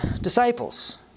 disciples